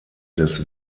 des